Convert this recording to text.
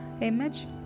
Image